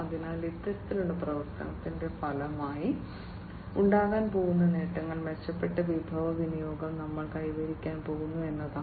അതിനാൽ ഇത്തരത്തിലുള്ള പരിവർത്തനത്തിന്റെ ഫലമായി ഉണ്ടാകാൻ പോകുന്ന നേട്ടങ്ങൾ മെച്ചപ്പെട്ട വിഭവ വിനിയോഗം ഞങ്ങൾ കൈവരിക്കാൻ പോകുന്നു എന്നതാണ്